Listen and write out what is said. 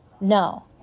No